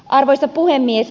arvoisa puhemies